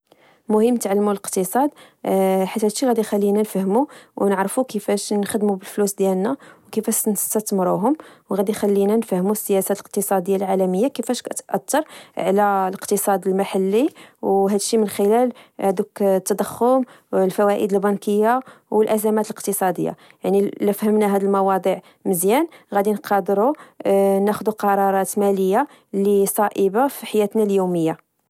مهم تعلمو الإقتصاد، آه حيت هادشي غادي يخلينا نفهمو، و نعرفو كيفاش نخدمو بالفلوس ديالنا، و كيفاش نستتمروهم، و غادي يخلينا نفهمو السياسات الإقتصادية العالمية كيفاش كتأثر على الإقتصاد المحلي، و هادشي من خلال هدوك التضخم والفوائد البنكية والأزمات الإقتصادية، يعني إللي فهمنا هذه المواضيع مزيان غادي نقدرو آ ناخدوا قرارات مالية لي صائبة في حياتنا اليومية